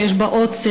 שיש בה עוצר,